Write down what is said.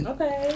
Okay